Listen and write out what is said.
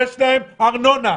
ארנונה,